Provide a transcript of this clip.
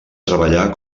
treballar